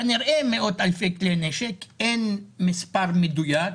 כנראה מאות אלפי כלי נשק, אין מספר מדויק.